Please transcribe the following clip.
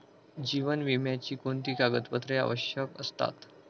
जीवन विम्यासाठी कोणती कागदपत्रे आवश्यक असतात?